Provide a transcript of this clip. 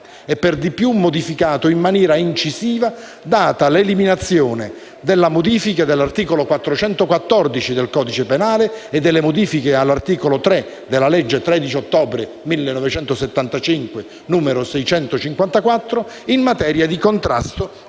e per di più, modificato in maniera incisiva, data l'eliminazione della modifica dell'articolo 414 del codice penale e delle modifiche all'articolo 3 della legge 13 ottobre 1975, n. 654, in materia di contrasto